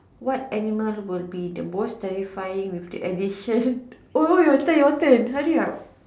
what animal will be the most terrifying with the addition oh your turn your turn hurry up